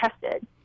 tested